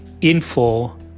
info